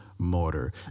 mortar